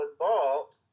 involved